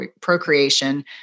procreation